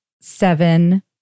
seven